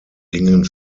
gingen